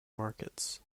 markets